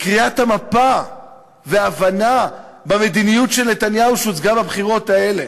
וקריאת המפה והבנה מהמדיניות של נתניהו שהוצגה בבחירות האלה,